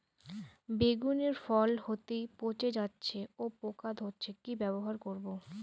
বেগুনের ফল হতেই পচে যাচ্ছে ও পোকা ধরছে কি ব্যবহার করব?